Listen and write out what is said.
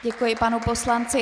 Děkuji panu poslanci.